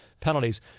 penalties